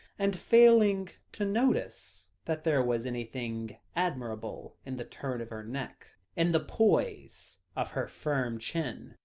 and failing to notice that there was anything admirable in the turn of her neck, in the poise of her firm chin,